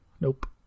Nope